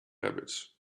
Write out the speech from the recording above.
rabbits